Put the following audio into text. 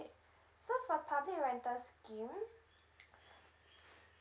so for public rental scheme